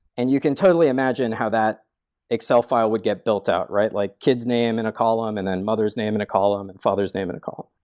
and you can totally imagine how that excel file would get build out, right? like kid's name in a column, and then mother s name in a column, and father s name in a column.